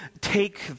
take